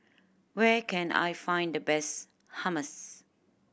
where can I find the best Hummus